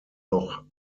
noch